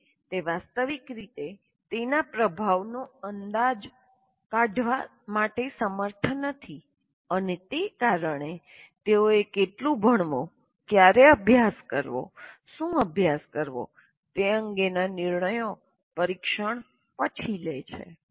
તેથી તે વાસ્તવિક રીતે તેના પ્રભાવનો અંદાજ કાઢવા માટે સમર્થ નથી અને તે કારણે તેઓએ કેટલું ભણવું ક્યારે અભ્યાસ કરવો શું અભ્યાસ કરવો તે અંગેના નિર્ણયો પરીક્ષણ પછી લે છે